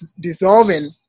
dissolving